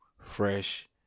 fresh